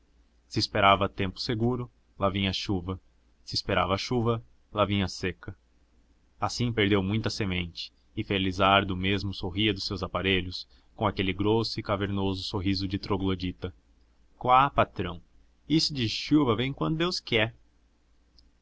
se esperava tempo seguro lá vinha chuva se esperava chuva lá vinha seca assim perdeu muita semente e felizardo mesmo sorria dos seus aparelhos com aquele grosso e cavernoso sorriso de troglodita quá patrão isso de chuva vem quando deus qué